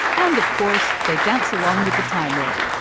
and of course they dance along with the time ah